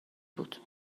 بود